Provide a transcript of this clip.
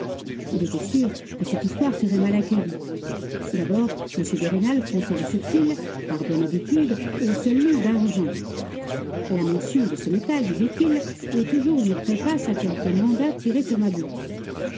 il était sûr que cette histoire serait mal accueillie d'abord m de rênal fronçait le sourcil par bonne habitude au seul nom d'argent la mention de ce métal disait-il est toujours une préface à quelque mandat tiré sur ma bourse